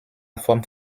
forme